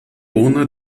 urne